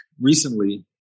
recently